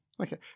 Okay